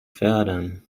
fördern